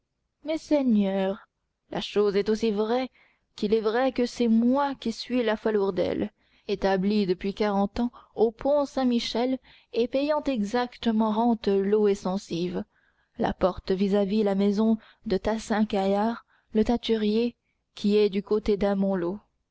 messeigneurs la chose est aussi vraie qu'il est vrai que c'est moi qui suis la falourdel établie depuis quarante ans au pont saint-michel et payant exactement rentes lods et censives la porte vis-à-vis la maison de tassin caillart le teinturier qui est du côté d'amont